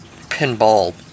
pinball